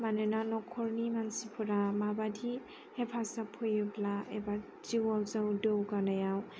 मानोना न'खरनि मानसिफोरा माबायदि हेफाजाब होयोब्ला एबा जिउआव जौगानायाव